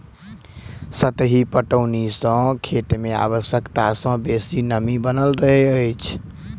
सतही पटौनी सॅ खेत मे आवश्यकता सॅ बेसी नमी बनल रहैत अछि